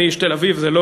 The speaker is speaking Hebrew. אני